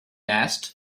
asked